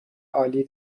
عالی